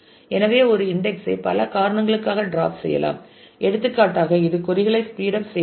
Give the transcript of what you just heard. எனவே ஒரு இன்டெக்ஸ் ஐ பல காரணங்களுக்காக ட்ராப் செய்யலாம் எடுத்துக்காட்டாக இது கொறி களை ஸ்பீட் அப் செய்வதில்லை